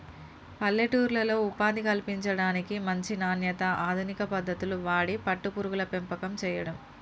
పల్లెటూర్లలో ఉపాధి కల్పించడానికి, మంచి నాణ్యత, అధునిక పద్దతులు వాడి పట్టు పురుగుల పెంపకం చేయడం